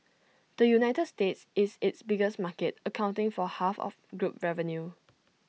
the united states is its biggest market accounting for half of group revenue